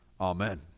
Amen